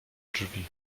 drzwi